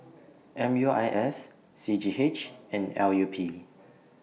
M U I S C G H and L U P